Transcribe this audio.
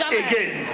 again